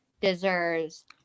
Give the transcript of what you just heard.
deserves